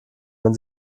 man